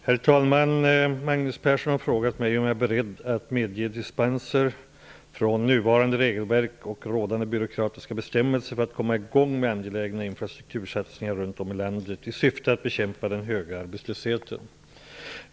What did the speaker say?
Herr talman! Magnus Persson har frågat mig om jag är beredd att medge dispenser från nuvarande regelverk och rådande byråkratiska bestämmelser för att komma i gång med angelägna infrastruktursatsningar runt om i landet i syfte att bekämpa den höga arbetslösheten.